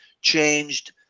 changed